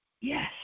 Yes